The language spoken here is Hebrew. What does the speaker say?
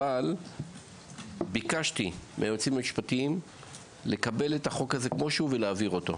אבל ביקשתי מהיועצים המשפטיים לקבל את החוק הזה כמו שהוא ולהעביר אותו.